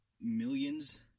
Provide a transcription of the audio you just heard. millions